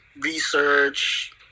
research